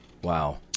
Wow